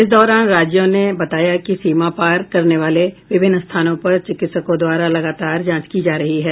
इस दौरान राज्यों ने बताया कि सीमापार करने वाले विभिन्न स्थानों पर चिकित्सकों द्वारा लगातार जांच की जा रही है